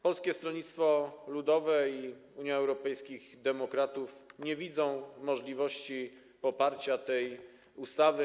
Polskie Stronnictwo Ludowe i Unia Europejskich Demokratów nie widzą możliwości poparcia tej ustawy.